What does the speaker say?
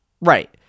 right